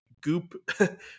Goop